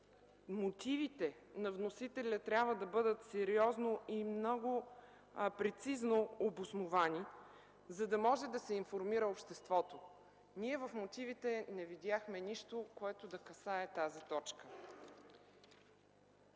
Мотивите на вносителя трябва да бъдат много сериозно и прецизно обосновани, за да може да се информира обществото. В мотивите ние не видяхме нищо, което да касае тази точка.